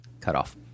cutoff